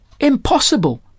Impossible